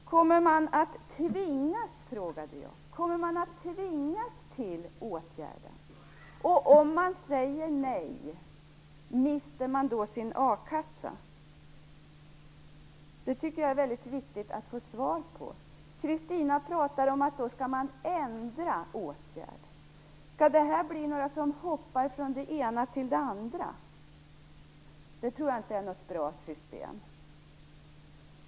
Jag frågade om man kommer att tvingas in i åtgärden? Mister man sin a-kassa om man säger nej? Jag tycker att det är väldigt viktigt att få svar på dessa frågor. Kristina Zakrisson pratar om att man skall ändra i åtgärden. Skall dessa människor bli några som hoppar från det ena till det andra? Det tror jag inte är något bra system.